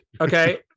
okay